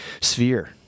sphere